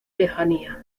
lejanía